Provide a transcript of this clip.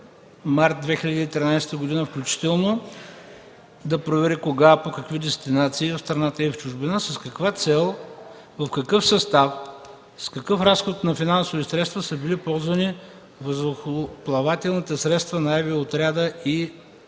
март 2013 г., включително да провери кога, по какви дестинации (в страната и чужбина), с каква цел, в какъв състав, с какъв разход на финансови средства са били ползвани въздухоплавателните средства на авиоотряда и Министерството на